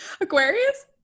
Aquarius